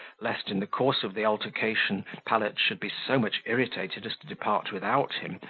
lest, in the course of the altercation, pallet should be so much irritated as to depart without him,